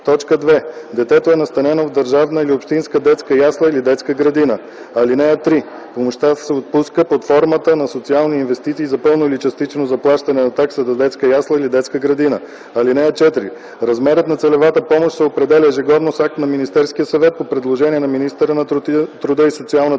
помощта; 2. детето е настанено в държавна или общинска детска ясла или детска градина. (3) Помощта се отпуска под формата на социални инвестиции за пълно или частично заплащане на такса за детска ясла или детска градина. (4) Размерът на целевата помощ се определя ежегодно с акт на Министерския съвет по предложение на министъра на труда и социалната